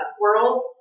world